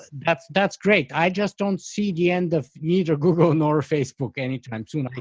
that's that's great, i just don't see the end of either google nor facebook any time soon.